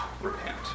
repent